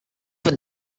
for